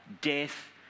death